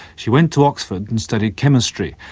she went to oxford and studied chemistry,